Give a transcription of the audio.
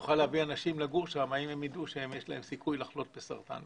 יוכל להביא אנשים לגור שם אם הם ידעו שיש להם סיכוי לחלות בסרטן.